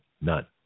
none